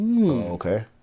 Okay